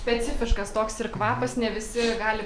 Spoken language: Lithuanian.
specifiškas toks ir kvapas ne visi gali